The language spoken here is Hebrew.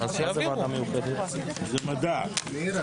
אתם כבר יודעים את ההרכב של הוועדות ובטח עשיתם עבודה.